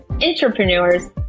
entrepreneurs